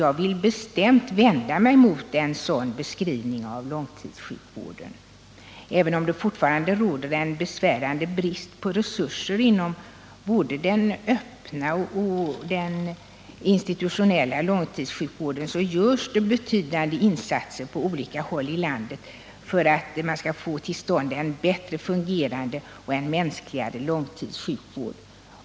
Jag vill bestämt vända mig mot en sådan beskrivning av långtidssjukvården. Även om det fortfarande råder en besvärande brist på resurser inom både den öppna och den institutionella långtidssjukvården, görs det betydande insatser på olika håll i landet för att få till stånd en bättre fungerande och mänskligare långtidssjukvård.